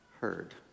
heard